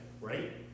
right